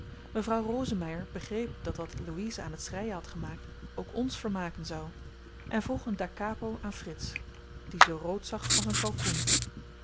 hebben mevrouw rosemeyer begreep dat wat louise aan t schreien had gemaakt ook ns vermaken zou en vroeg een dacapo aan frits die zoo rood zag als een kalkoen